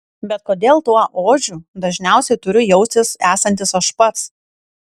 bet kodėl tuo ožiu dažniausiai turiu jaustis esantis aš pats